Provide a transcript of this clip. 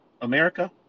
America